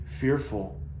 fearful